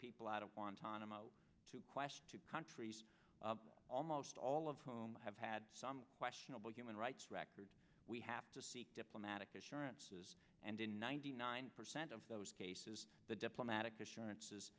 i'm out to question two countries almost all of whom have had some questionable human rights record we have to seek diplomatic assurances and in ninety nine percent of those cases the diplomatic assurances